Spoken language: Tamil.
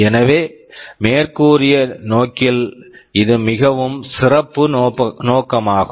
எனவே மேற்கூறிய நோக்கில் இது மிகவும் சிறப்பு நோக்கமாகும்